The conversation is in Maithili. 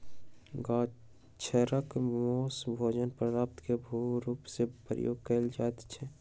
छागरक मौस भोजन पदार्थ के रूप में उपयोग कयल जाइत अछि